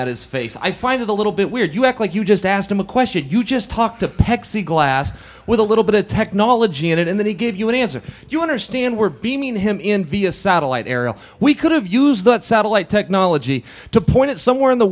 at his face i find it a little bit weird you act like you just asked him a question you just talk to peck see glass with a little bit of technology in it in that he give you an answer you understand we're beaming him in via satellite aerial we could have used that satellite technology to point it